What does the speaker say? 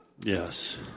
Yes